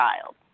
child